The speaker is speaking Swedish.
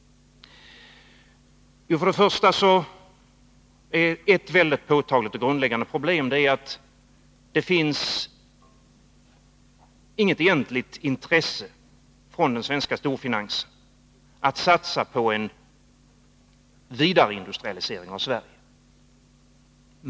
Ett första väldigt påtagligt och grundläggande problem är att det finns inget egentligt intresse från den svenska storfinansen att satsa på en vidareindustrialisering av Sverige.